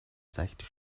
seichte